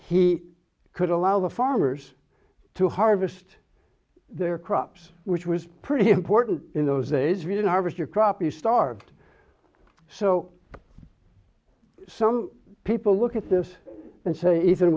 he could allow the farmers to harvest their crops which was pretty important in those days ridden r v s your crop is starved so some people look at this and say if it